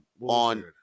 On